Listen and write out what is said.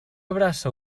abraça